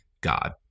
God